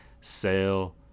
sale